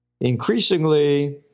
increasingly